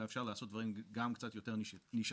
אלא אפשר לעשות דברים גם קצת יותר נישתיים.